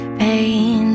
pain